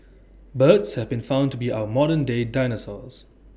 birds have been found to be our modern day dinosaurs